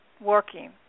working